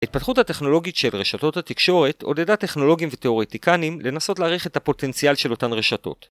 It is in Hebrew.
התפתחות הטכנולוגית של רשתות התקשורת עודדה טכנולוגים ותיאורטיקנים לנסות לעריך את הפוטנציאל של אותן רשתות